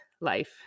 life